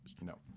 No